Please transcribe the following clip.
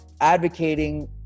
advocating